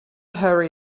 hurry